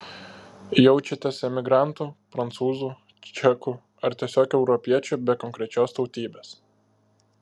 jaučiatės emigrantu prancūzu čeku ar tiesiog europiečiu be konkrečios tautybės